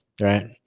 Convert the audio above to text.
right